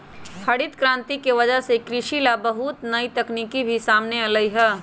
हरित करांति के वजह से कृषि ला बहुत नई तकनीक भी सामने अईलय है